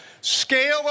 scale